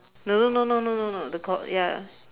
no no no no no no no the got ya